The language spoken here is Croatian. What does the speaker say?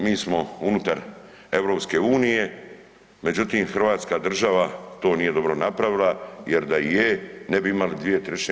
Mi smo unutar EU, međutim hrvatska država to nije dobro napravila jer da je ne bi imali 2/